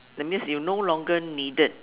that means you no longer needed